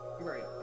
right